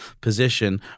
position